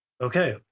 Okay